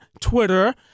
Twitter